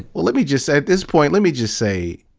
well, let me just say, at this point, let me just say,